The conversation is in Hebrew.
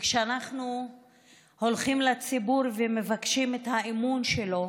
וכשאנחנו הולכים לציבור ומבקשים את האמון שלו